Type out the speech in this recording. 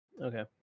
Okay